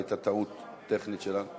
הייתה טעות טכנית שלנו.